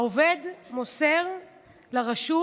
העובד מוסר לרשות